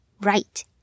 right